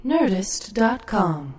Nerdist.com